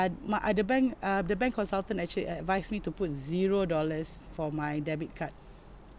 my other bank uh the bank consultant actually advise me to put zero dollars for my debit card